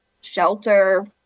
shelter